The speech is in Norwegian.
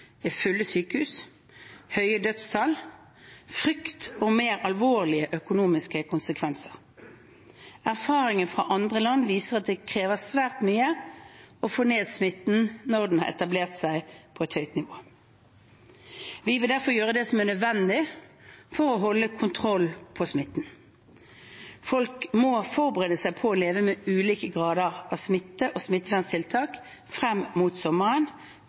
er fulle sykehus, høye dødstall, frykt og mer alvorlige økonomiske konsekvenser. Erfaringer fra andre land viser at det krever svært mye å få ned smitten når den har etablert seg på et høyt nivå. Vi vil derfor gjøre det som er nødvendig for å holde kontroll på smitten. Folk må forberede seg på å leve med ulike grader av smitte og smitteverntiltak frem mot sommeren,